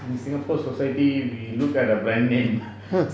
in singapore society we look at the brand name